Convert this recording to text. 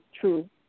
true